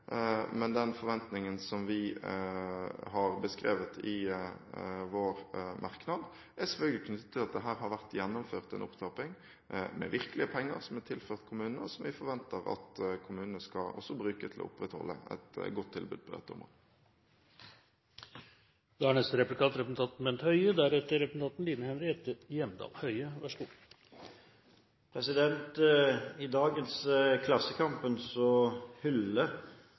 Men den forventningen som vi har beskrevet i vår merknad, er selvfølgelig knyttet til at det her har vært gjennomført en opptrapping med virkelige penger som er tilført kommunene, og som vi forventer at kommunene også skal bruke til å opprettholde et godt tilbud på dette området. I Klassekampen